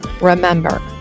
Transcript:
Remember